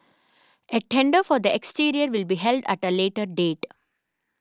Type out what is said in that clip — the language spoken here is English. a tender for the exterior will be held at a later date